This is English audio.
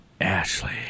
Ashley